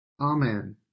Amen